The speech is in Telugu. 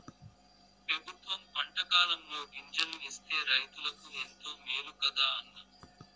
పెబుత్వం పంటకాలంలో గింజలు ఇస్తే రైతులకు ఎంతో మేలు కదా అన్న